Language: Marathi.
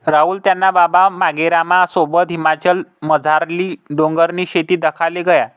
राहुल त्याना बाबा मांगेरामना सोबत हिमाचलमझारली डोंगरनी शेती दखाले गया